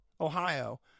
Ohio